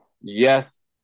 Yes